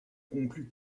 conclu